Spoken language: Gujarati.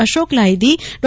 અશોક લાહીદી ડો